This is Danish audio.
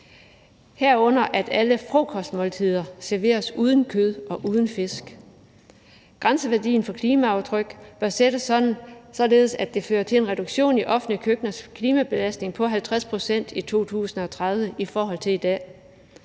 herunder at alle frokostmåltider serveres uden kød og fisk. Grænseværdien for klimaaftryk bør sættes, således at det fører til en reduktion i offentlige køkkeners klimabelastning på 50 pct. i 2030 i forhold til i dag.